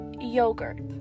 yogurt